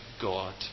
God